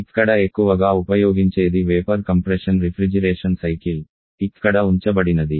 ఇక్కడ ఎక్కువగా ఉపయోగించేది వేపర్ కంప్రెషన్ రిఫ్రిజిరేషన్ సైకిల్ ఇక్కడ ఉంచబడినది